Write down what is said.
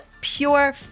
pure